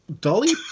Dolly